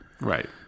Right